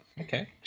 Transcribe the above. Okay